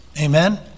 Amen